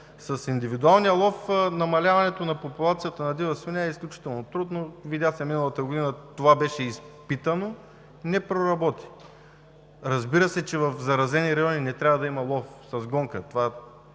С индивидуалния лов намаляването на популацията на дива свиня е изключително трудно, видя се миналата година. Това беше изпитано – не проработи. Разбира се, че в заразени райони не трябва да има лов с гонка.